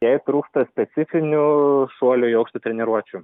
jai trūksta specifinių šuolio į aukštį treniruočių